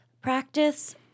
practice